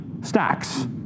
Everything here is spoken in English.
stacks